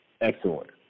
excellent